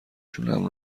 جونم